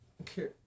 Okay